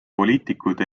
poliitikud